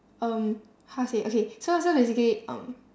um how to say okay so so basically um